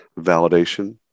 validation